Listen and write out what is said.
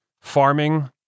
farming